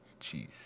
jeez